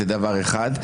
זה דבר אחד.